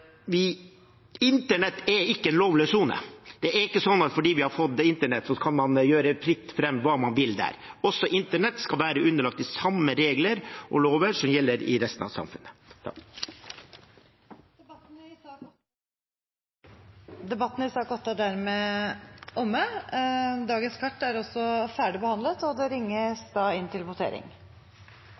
internett ikke er en lovlig sone. Det er ikke sånn at fordi vi har fått internett, er det fritt fram å gjøre hva man vil der. Også internett skal være underlagt de samme regler og lover som gjelder for resten av samfunnet. Debatten i sak nr. 8 er dermed omme. Da ser det ut til at Stortinget er klar til å gå til votering.